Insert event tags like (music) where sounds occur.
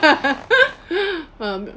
(laughs)